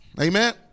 amen